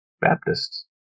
Baptists